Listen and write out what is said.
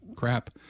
Crap